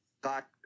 got